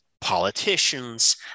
politicians